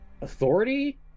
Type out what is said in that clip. authority